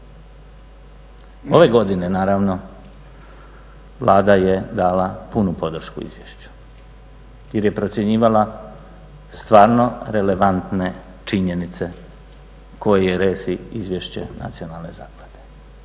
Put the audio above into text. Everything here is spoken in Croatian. Ove godine naravno Vlada je dala punu podršku izvješću jer je procjenjivala stvarno relevantne činjenice koje resi izvješće nacionalne zaklade.